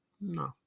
No